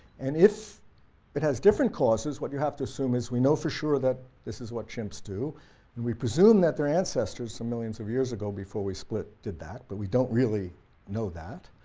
and if it has different causes, what you have to assume is, we know for sure that this is what chimps do, and we presume that their ancestors some millions of years ago before we split did that, but we don't really know that,